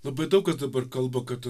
labai daug kas dabar kalba kad